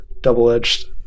double-edged